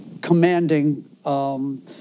commanding